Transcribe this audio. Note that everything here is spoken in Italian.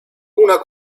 una